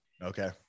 okay